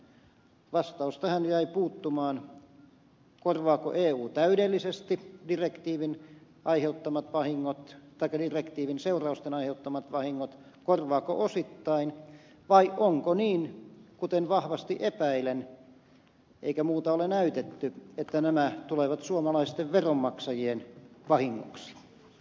vastaus tähän jäi puuttumaan korvaako eu täydellisesti direktiivin seurausten aiheuttamat vahingot korvaako osittain vai onko niin kuten vahvasti epäilen eikä muuta ole näytetty että nämä tulevat suomalaisten veronmaksajien vahingoksi